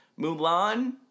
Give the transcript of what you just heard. Mulan